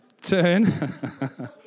turn